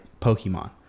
pokemon